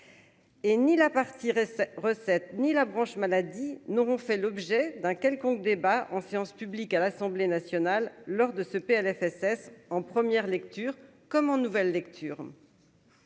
Et ni la partie recettes ni la branche maladie n'auront fait l'objet d'un quelconque débat en séance publique à l'Assemblée nationale lors de ce Plfss en première lecture, comme en nouvelle lecture.